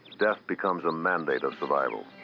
death becomes a mandate of survival.